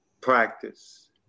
practice